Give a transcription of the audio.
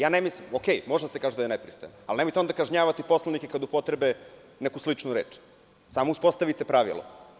Ja ne mislim, dobro, može da se kaže da je nepristojan, ali nemojte onda kažnjavati poslanike kada upotrebe neku sličnu reč, samo uspostavite pravilo.